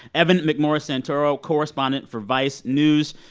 evan mcmorris-santoro, correspondent for vice news.